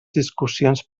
discussions